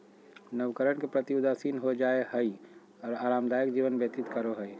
नवकरण के प्रति उदासीन हो जाय हइ और आरामदायक जीवन व्यतीत करो हइ